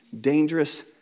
dangerous